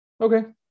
Okay